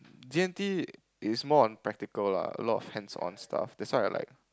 D-and-T is more on practical lah a lot of hands on stuff that's why I like